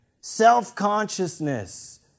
self-consciousness